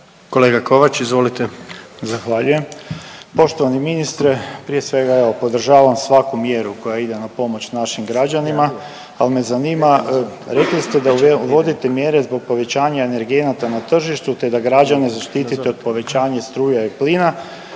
Stjepan (HSS)** Zahvaljujem. Poštovani ministre prije svega evo podržavam svaku mjeru koja ide na pomoć našim građanima, ali me zanima rekli ste da uvodite mjere zbog povećanja energenata na tržištu te da građane zaštitite od povećanja struja i plina,